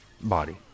body